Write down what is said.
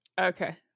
Okay